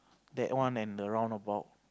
that one and the roundabout